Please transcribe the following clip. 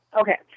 Okay